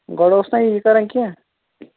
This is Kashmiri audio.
گۄڈٕ اوس نا یہِ کَران کیٚنٛہہ